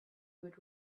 would